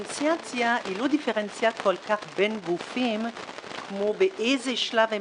הדיפרנציאציה היא לא דיפרנציאציה כל כך בין גופים כמו באיזה שלב הם